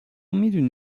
میدونی